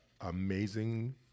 amazing